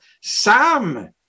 Sam